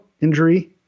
injury